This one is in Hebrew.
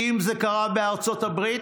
כי אם זה קרה בארצות הברית,